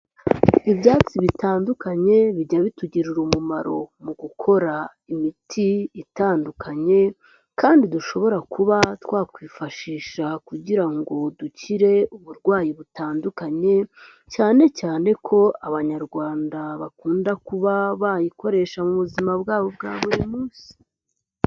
Ibyatsi bitandukanye bijya bitugirira umumaro mu gukora imiti itandukanye kandi dushobora kuba twakwifashisha kugira ngo dukire uburwayi butandukanye cyane cyane ko abanyarwanda bakunda kuba bayikoresha mu buzima bwabo bwa buri munsi.